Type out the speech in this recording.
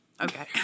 Okay